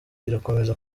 irakomeza